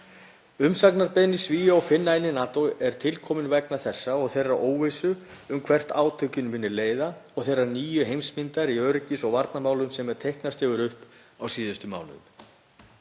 Umsóknarbeiðni Svía og Finna inn í NATO er til komin vegna þessa og þeirrar óvissu um hvert átökin muni leiða og þeirrar nýju heimsmyndar í öryggis- og varnarmálum sem teiknast hefur upp á síðustu mánuðum.